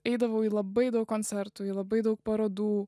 eidavau į labai daug koncertų į labai daug parodų